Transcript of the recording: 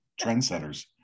trendsetters